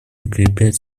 укреплять